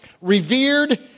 revered